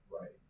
Right